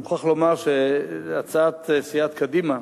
אני מוכרח לומר שהצעת סיעת קדימה